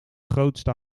grootste